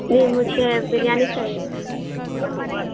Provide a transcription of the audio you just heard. نہیں مجھے بریانی چاہیے تھا آپ کے پاس